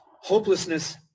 hopelessness